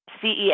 CES